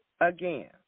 again